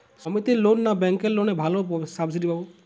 সমিতির লোন না ব্যাঙ্কের লোনে ভালো সাবসিডি পাব?